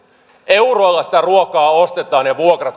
euroilla sitä ruokaa ostetaan ja vuokrat maksetaan miksi hallitus